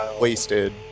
wasted